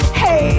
hey